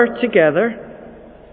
together